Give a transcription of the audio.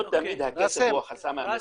לא תמיד הכסף הוא החסם האמיתי,